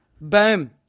boom